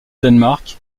danemark